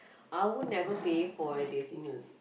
I will never pay for a dating